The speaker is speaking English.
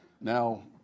Now